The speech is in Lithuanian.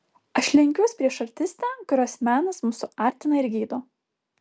aš lenkiuos prieš artistę kurios menas mus suartina ir gydo